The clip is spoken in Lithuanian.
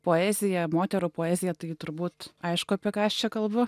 poezija moterų poezija tai turbūt aišku apie ką aš čia kalbu